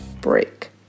break